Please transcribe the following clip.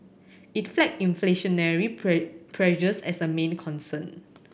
it flagged inflationary pressures as a main concern